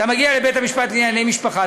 אתה מגיע לבית-משפט לענייני משפחה,